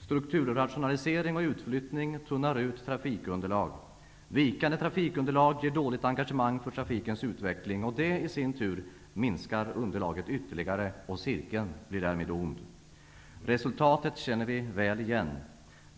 Strukturrationalisering och utflyttning tunnar ut trafikunderlaget. Vikande trafikunderlag ger dåligt engagemang för trafikens utveckling. Det i sin tur minskar underlaget ytterligare, och cirkeln blir därmed ond. Resultatet känner vi väl igen.